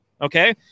okay